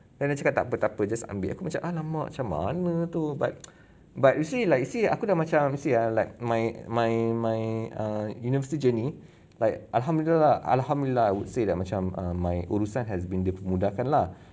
then dia cakap tak apa tak apa just ambil aku macam !alamak! macam mana tu but but you see like see aku dah macam you see ah like my my my err university journey like a hamburger lah alhamdulillah I would say that macam err my urusan has been dipermudahkan lah